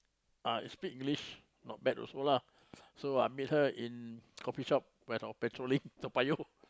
ah speak English not bad also lah so I meet her in coffee shop when I patrolling Toa Payoh